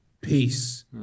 peace